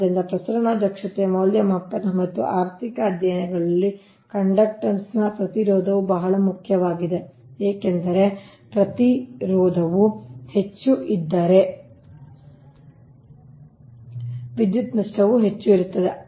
ಆದ್ದರಿಂದ ಪ್ರಸರಣ ದಕ್ಷತೆಯ ಮೌಲ್ಯಮಾಪನ ಮತ್ತು ಆರ್ಥಿಕ ಅಧ್ಯಯನಗಳಲ್ಲಿ ಕಂಡಕ್ಟರ್ನ ಪ್ರತಿರೋಧವು ಬಹಳ ಮುಖ್ಯವಾಗಿದೆ ಏಕೆಂದರೆ ಪ್ರತಿರೋಧವು ಹೆಚ್ಚು ಇದ್ದರೆ ವಿದ್ಯುತ್ ನಷ್ಟವು ಹೆಚ್ಚು ಇರುತ್ತದೆ